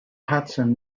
hudson